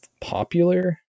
popular